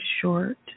short